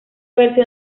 versión